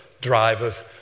drivers